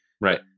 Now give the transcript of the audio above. right